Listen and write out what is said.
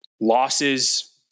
losses